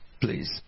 please